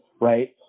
right